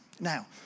Now